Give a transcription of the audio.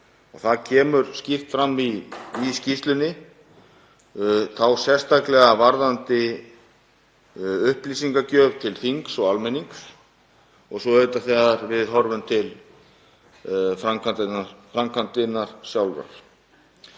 Það kemur skýrt fram í skýrslunni, þá sérstaklega varðandi upplýsingagjöf til þings og almennings og svo auðvitað þegar við horfum til framkvæmdarinnar sjálfrar.